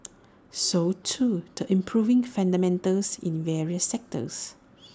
so too the improving fundamentals in various sectors